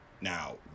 Now